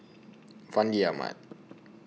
Fandi Ahmad